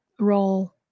role